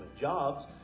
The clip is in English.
jobs